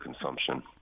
consumption